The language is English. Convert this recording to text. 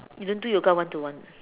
you don't do yoga one to one